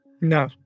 no